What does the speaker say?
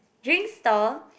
drink store